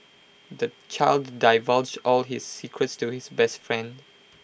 the child divulged all his secrets to his best friend